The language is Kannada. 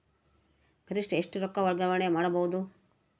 ಗರಿಷ್ಠ ಎಷ್ಟು ರೊಕ್ಕ ವರ್ಗಾವಣೆ ಮಾಡಬಹುದು?